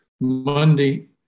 Monday